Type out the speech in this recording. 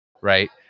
Right